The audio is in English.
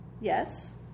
Yes